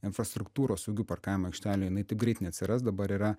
infrastruktūros saugių parkavimo aikštelių jinai taip greit neatsiras dabar yra